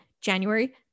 January